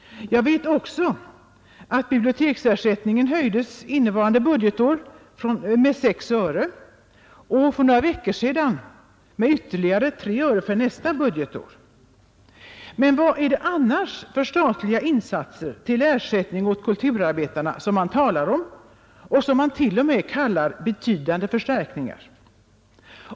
Jag vet också att biblioteksersättningen höjts för innevarande budgetår med 6 öre och för några veckor sedan med ytterligare 3 öre för nästa budgetår. Men vad är det annars för statliga insatser till ersättning åt kulturarbetarna som man talar om och som man t.o.m. kallar betydande förstärkningar?